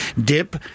dip